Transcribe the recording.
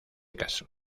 caso